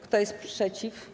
Kto jest przeciw?